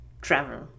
travel